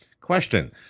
Question